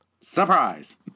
Surprise